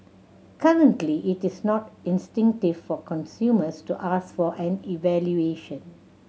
currently it is not instinctive for consumers to ask for an evaluation